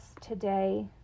today